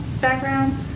background